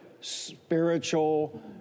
spiritual